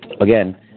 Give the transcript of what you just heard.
again